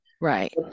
Right